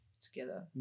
together